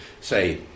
say